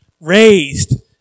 Raised